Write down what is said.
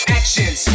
actions